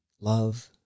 Love